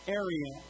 area